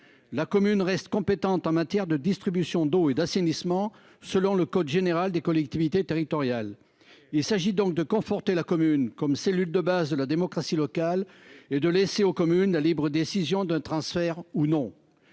La commune reste compétente en matière de distribution d'eau et d'assainissement selon le code général des collectivités territoriales. Il s'agit donc de conforter la commune comme cellule de base de la démocratie locale et de laisser aux communes la libre décision d'un transfert ou non.